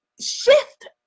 shift